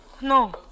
No